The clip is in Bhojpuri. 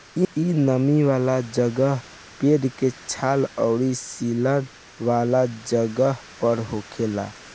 इ नमी वाला जगह, पेड़ के छाल अउरी सीलन वाला जगह पर होखेला